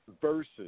versus